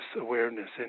awareness